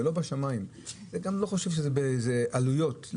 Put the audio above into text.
זה לא בשמיים ואני חושב גם שאין לזה עלויות גדולות,